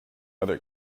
other